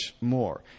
more